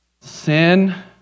sin